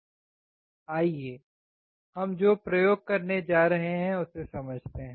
आइए हम जो प्रयोग करने जा रहे हैं उसे समझते हैं